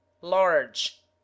large